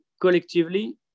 collectively